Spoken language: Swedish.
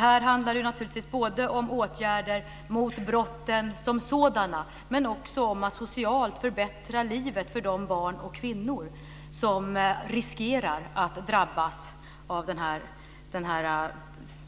Här handlar det naturligtvis både om åtgärder mot brotten som sådana, och om att socialt förbättra livet för de barn och kvinnor som riskerar att drabbas av den här